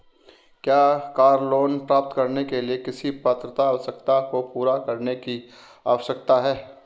क्या car loan प्राप्त करने के लिए किसी पात्रता आवश्यकता को पूरा करने की आवश्यकता है?